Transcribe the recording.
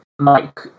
Mike